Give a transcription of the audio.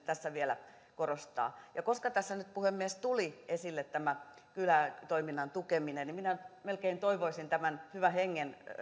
tässä vielä korostaa ja koska tässä nyt puhemies tuli esille tämä kylätoiminnan tukeminen niin minä melkein toivoisin tämän hyvän hengen